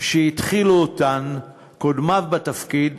שהתחילו קודמיו בתפקיד,